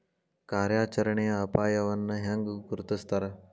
ಕಾರ್ಯಾಚರಣೆಯ ಅಪಾಯವನ್ನ ಹೆಂಗ ಗುರ್ತುಸ್ತಾರ